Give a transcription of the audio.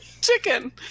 chicken